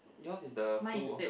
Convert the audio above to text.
yours is the full